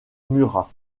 murat